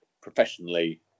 professionally